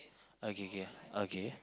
okay K okay